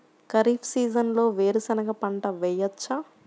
ఖరీఫ్ సీజన్లో వేరు శెనగ పంట వేయచ్చా?